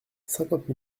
cinquante